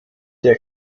der